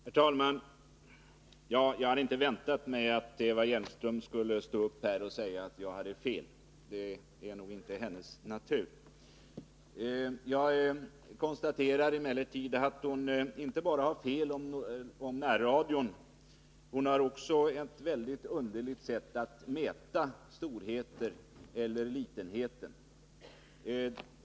Herr talman! Jag hade inte väntat mig att Eva Hjelmström skulle stå upp här och säga att hon hade fel — det är nog inte hennes natur. Jag konstaterade emellertid att hon inte bara har fel om närradion. Hon har också ett mycket underligt sätt att mäta storhet eller litenhet.